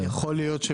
יכול להיות,